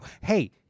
Hey